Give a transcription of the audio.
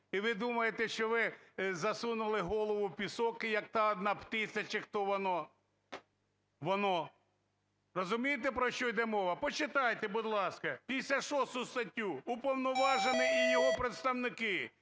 І ви думаєте, що ви засунули голову в пісок, як та одна птиця чи хто воно…. Воно. Розумієте, про що йде мова? Почитайте, будь ласка, 56-у статтю. Уповноважений і його представники